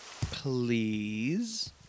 Please